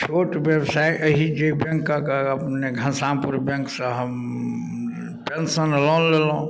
छोट बेवसाय अइ जे बैँकके अपने घनश्यामपुर बैँकसँ हम पेन्शन लोन लेलहुँ